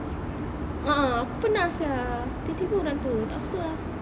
a'ah aku pernah sia tiba tiba orang tua tak suka ah